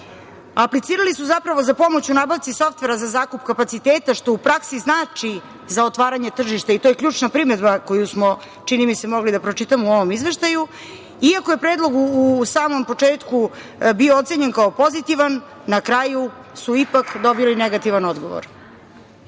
Aplicirali su zapravo za pomoć u nabavci softvera za zakup kapaciteta, što u praksi znači za otvaranje tržišta i to je ključna primedba koju smo, čini mi se, mogli da pročitamo u ovom izveštaju. Iako je predlog u samom početku bio ocenjen kao pozitivan, na kraju su ipak dobili negativan